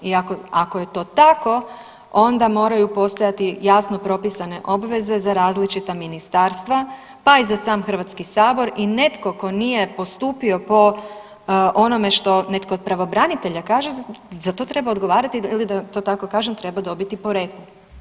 I ako je to tako onda moraju postojati jasno propisane obveze za različita ministarstva pa i za sam HS i netko tko nije postupio po onome što netko od pravobranitelja kaže, za to treba odgovarati ili da to tako kažem treba dobiti po repu.